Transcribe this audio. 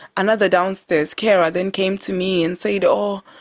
another downstairs carer then came to me and said oh,